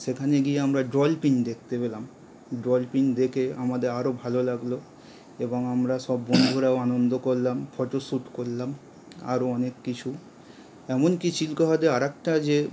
সেখানে গিয়ে আমরা ডলফিন দেখতে পেলাম ডলফিন দেখে আমাদের আরও ভালো লাগলো এবং আমরা সব বন্ধুরাও আনন্দ করলাম ফটো শ্যুট করলাম আরও অনেক কিছু এমনকি চিল্কা হ্রদে আর একটা যে